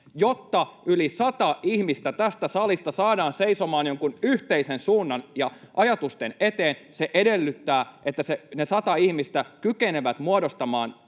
Jotta yli sata ihmistä tästä salista saadaan seisomaan jonkun yhteisen suunnan ja ajatusten eteen, se edellyttää, että ne sata ihmistä kykenevät muodostamaan